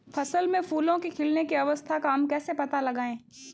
फसल में फूलों के खिलने की अवस्था का हम कैसे पता लगाएं?